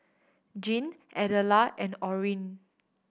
Gene Adela and Orene